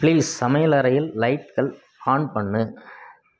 please சமையலறையில் லைட்கள் on பண்ணு